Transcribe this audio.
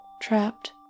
trapped